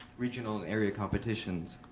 regional, and area competitions.